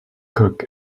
cock